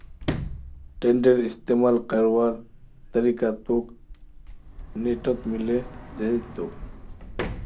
टेडरेर इस्तमाल करवार तरीका तोक नेटत मिले जई तोक